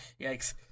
Yikes